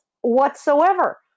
whatsoever